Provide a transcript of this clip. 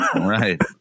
Right